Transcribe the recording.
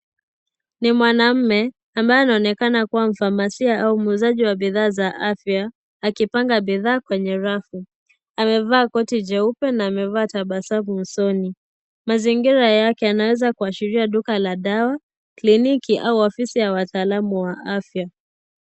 Ni mwanaume ambaye anaonekana kuwa mfamasia au muuzaji wa bidhaa za afya, akipanga bidhaa kwenye rafu. Amevaa koti jeupe na amevaa tabasamu usoni. Mazingira yake yanaweza Kuashiria duka la dawa, cliniki au afisi ya watalamu wa afya.